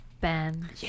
ben